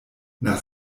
nach